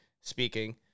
speaking